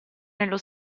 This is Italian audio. nello